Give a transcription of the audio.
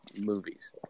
movies